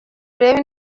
urebe